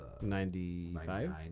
Ninety-five